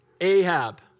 Ahab